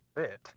fit